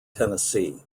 tennessee